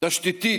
תשתיתית,